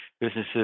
businesses